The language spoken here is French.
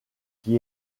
qui